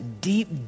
deep